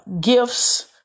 gifts